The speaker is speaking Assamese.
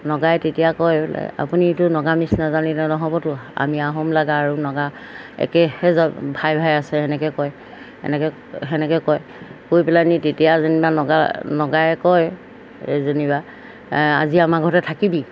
নগাই তেতিয়া কয় আপুনিটো নগামিজ নাজানিলে নহ'বতো আমি আহোম লাগা আৰু নগা একেইহে ভাই ভাই আছে সেনেকৈ কয় এনেকৈ সেনেকৈ কয় কৈ পেলাইহেনি তেতিয়া যেনিবা নগা নগায়ে কয় এই যেনিবা আজি আমাৰ ঘৰতে থাকিবি